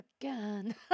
again